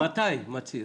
מתי מצהיר?